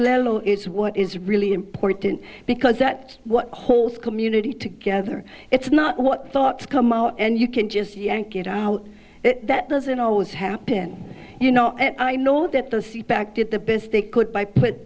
modelo is what is really important because that's what holds community together it's not what thoughts come out and you can just yank it out that doesn't always happen you know and i know that the seat back did the best they could by put